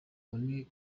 onu